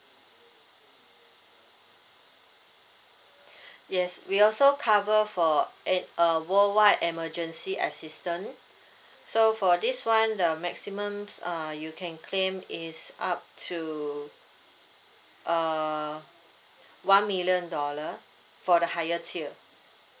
yes we also cover for an uh world wide emergency assistance so for this [one] the maximum uh you can claim is up to uh one million dollar for the higher tier